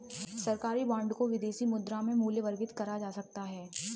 सरकारी बॉन्ड को विदेशी मुद्रा में मूल्यवर्गित करा जा सकता है